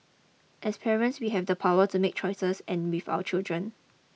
as parents we have the power to make choices and with our children